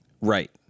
Right